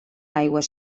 aigües